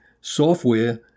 Software